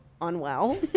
unwell